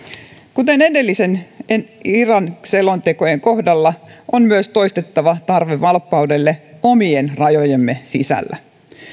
kuten edellisten irak selontekojen kohdalla on myös nyt toistettava tarve valppaudelle omien rajojemme sisällä